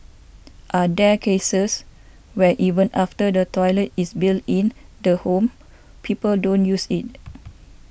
are there cases where even after the toilet is built in the home people don't use it